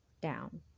down